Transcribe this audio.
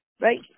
Right